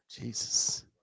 Jesus